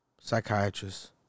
psychiatrist